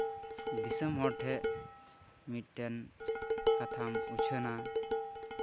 ᱫᱤᱥᱚᱢ ᱦᱚ ᱴᱷᱮᱡ ᱢᱤᱫᱴᱮᱱ ᱠᱟᱛᱷᱟᱢ ᱩᱪᱷᱟᱹᱱᱟ